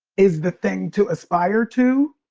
is the thing to aspire to.